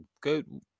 good